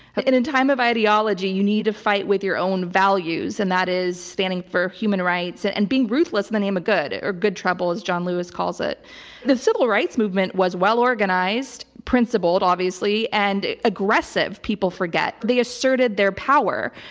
in a time of ideology, you need to fight with your own values and that is standing for human rights and and being ruthless in the name of good, or good trouble as john lewis calls. the civil rights movement was well-organized, principled, obviously, and aggressive, people forget. they asserted their power.